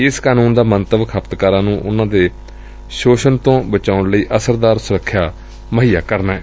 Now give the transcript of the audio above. ਇਸ ਕਾਨੁੰਨ ਦਾ ਮੰਤਵ ਖਪਤਕਾਰਾ ਨੂੰ ਉਨ੍ਹਾਂ ਦੇ ਸੋਸ਼ਣ ਤੋਂ ਬਚਾਉਣ ਲਈ ਅਸਰਦਾਰ ਸੁਰੱਖਿਆ ਮੁਹੱਈਆ ਕਰਨਾ ਏ